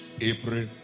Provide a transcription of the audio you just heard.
April